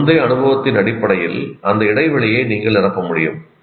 உங்கள் முந்தைய அனுபவத்தின் அடிப்படையில் அந்த இடைவெளியை நீங்கள் நிரப்ப முடியும்